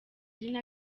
ariko